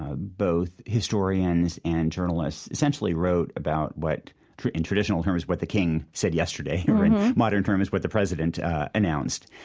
ah both historians and journalists essentially wrote about what in traditional terms what the king said yesterday or, in modern terms, what the president announced.